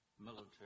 military